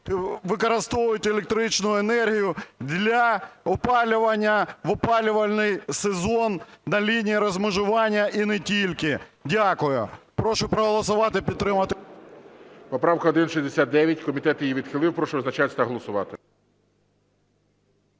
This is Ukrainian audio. використовують електричну енергію для опалювання в опалювальний сезон на лінії розмежування і не тільки. Дякую. Прошу проголосувати і підтримати. ГОЛОВУЮЧИЙ. Поправка 1169. Комітет її відхилив. Прошу визначатися та голосувати.